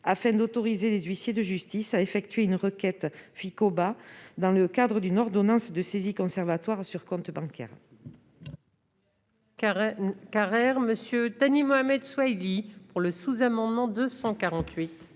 vise à autoriser les huissiers de justice à effectuer une requête Ficoba dans le cadre d'une ordonnance de saisie conservatoire sur comptes bancaires.